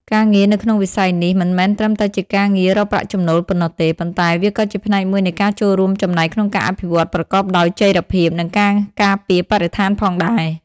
ការងារនៅក្នុងវិស័យនេះ មិនមែនត្រឹមតែជាការងាររកប្រាក់ចំណូលប៉ុណ្ណោះទេ ប៉ុន្តែវាក៏ជាផ្នែកមួយនៃការចូលរួមចំណែកក្នុងការអភិវឌ្ឍប្រកបដោយចីរភាព និងការការពារបរិស្ថានផងដែរ។